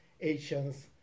Asians